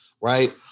right